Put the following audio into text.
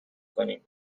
کنیم